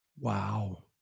Wow